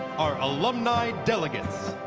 our alumni delegates.